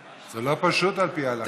זה לא פשוט להתגייר על פי ההלכה.